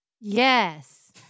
Yes